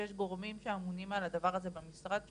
ויש גורמים שאמונים על הנושא הזה במשרד שלנו,